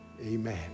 Amen